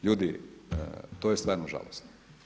Ljudi, to je stvarno žalosno.